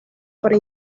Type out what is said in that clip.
para